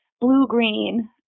blue-green